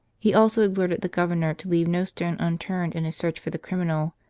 he also exhorted the governor to leave no stone unturned in his search for the criminal,